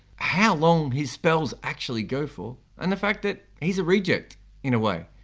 how long his spells actually go for, and the fact that he's a reject in a way.